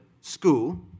school